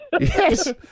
Yes